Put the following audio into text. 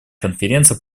конференции